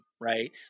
right